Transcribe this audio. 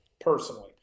personally